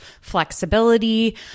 flexibility